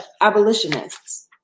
abolitionists